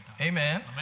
Amen